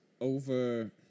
over